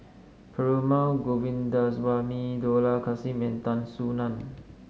Perumal Govindaswamy Dollah Kassim and Tan Soo Nan